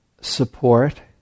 support